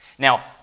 Now